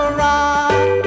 rock